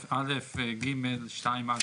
(א)(ג)(2)(א).